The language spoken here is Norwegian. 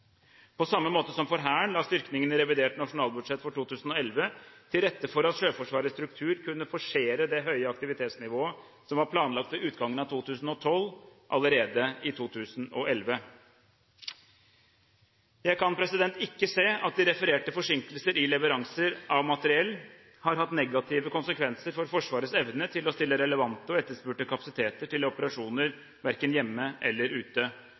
På samme måte som for Hæren la styrkingen i revidert nasjonalbudsjett for 2011 til rette for at Sjøforsvarets struktur kunne forsere det høye aktivitetsnivået som var planlagt ved utgangen av 2012, allerede i 2011. Jeg kan ikke se at de refererte forsinkelser i leveranser av materiell har hatt negative konsekvenser for Forsvarets evne til å stille relevante og etterspurte kapasiteter til operasjoner, verken hjemme eller ute.